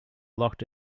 locked